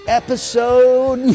episode